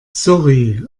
sorry